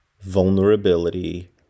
vulnerability